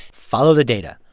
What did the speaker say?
follow the data.